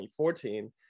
2014